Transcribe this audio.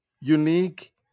Unique